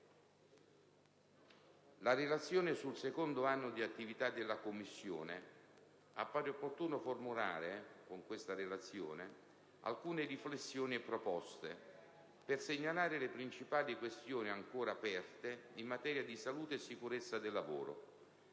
la relazione sul secondo anno di attività della Commissione appare opportuno formulare alcune riflessioni e proposte per segnalare le principali questioni ancora aperte in materia di salute e sicurezza del lavoro